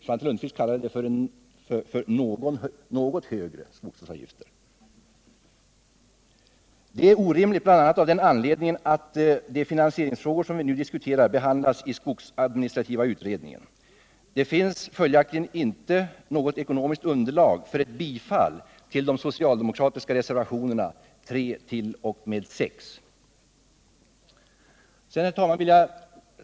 Svante Lundkvist kallade det för något högre skogsvårdsavgifter. Det är orimligt bl.a. av den anledningen att de finansieringsfrågor vi nu diskuterar behandlas i skogsadministrativa utredningen. Det finns följaktligen inte något ekonomiskt underlag för ett bifall till de socialdemokratiska reservationerna 3-6.